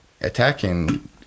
attacking